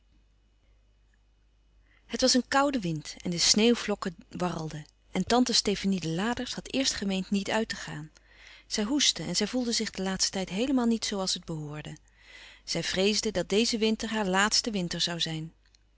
het was een koude wind en de sneeuwvlokken warrelden en tante stefanie de laders had eerst gemeend niet uit te gaan zij hoestte en zij voelde zich den laatsten tijd heelemaal niet zoo als het behoorde zij vreesde dat deze winter haar laatste winter zoû zijn